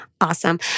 Awesome